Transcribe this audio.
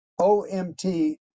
OMT